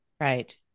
Right